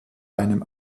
einem